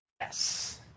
yes